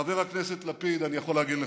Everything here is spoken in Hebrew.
חבר הכנסת לפיד, אני יכול להגיד לך,